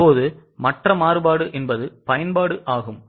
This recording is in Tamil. இப்போது மற்ற மாறுபாடு என்பது பயன்பாடு ஆகும்